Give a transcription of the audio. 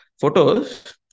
photos